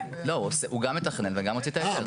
הוא גם מתכנן וגם מוציא את ההיתר.